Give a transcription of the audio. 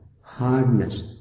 hardness